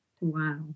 Wow